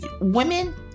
women